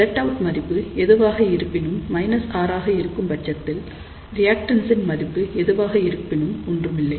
Zout மதிப்பு எதுவாக இருப்பினும் R ஆக இருக்கும்பட்சத்தில் ரிஆக்டன்ஸ் இன் மதிப்பு எதுவாக இருப்பினும் ஒன்றுமில்லை